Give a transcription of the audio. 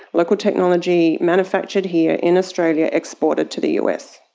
local technology, manufactured here in australia, exported to the us.